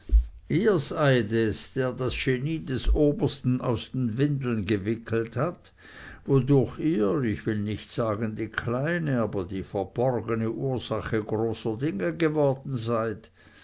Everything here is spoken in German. ihr seid es der das genie des obersten aus den windeln gewickelt hat wodurch ihr ich will nicht sagen die kleine aber die verborgene ursache großer dinge geworden seid